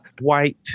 White